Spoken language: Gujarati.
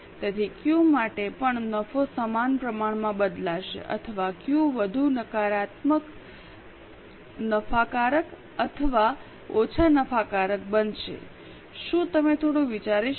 તેથી ક્યૂ માટે પણ નફો સમાન પ્રમાણમાં બદલાશે અથવા ક્યૂ વધુ નફાકારક અથવા ઓછા નફાકારક બનશે શું તમે થોડું વિચારી શકો